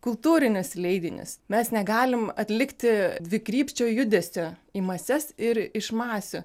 kultūrinius leidinius mes negalim atlikti dvikrypčio judesio į mases ir iš masių